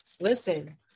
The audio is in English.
listen